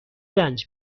رنج